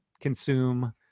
consume